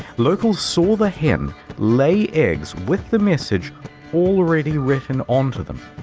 locals saw the hen lay eggs with the message already written onto them.